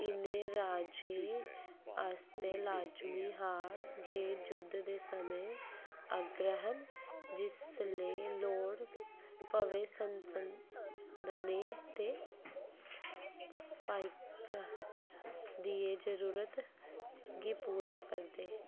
इ'नें राजें आस्तै लाजमी हा जे युद्ध दे समें अग्रहण जिसलै लोड़ पवै सन सन संसाधने ते पाइक दियें जरुरतें गी पूरा करदे